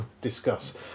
discuss